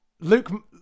Luke